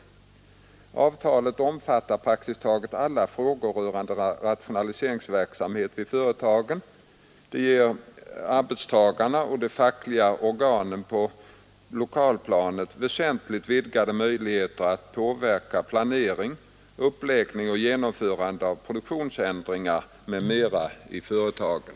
Avtalet omfattar praktiskt taget alla frågor rörande rationaliseringsverksamheten vid företagen. Det ger arbetstagarna och de fackliga organen på lokalplanet väsentligt vidgade möjligheter att påverka planering, uppläggning och genomförande av produktionsändringar m.m. i företagen.